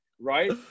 right